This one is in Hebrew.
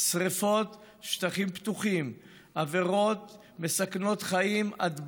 שרפות שטחים בפתוחים, עבירות מסכנות חיים: הדברה,